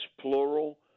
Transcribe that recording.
plural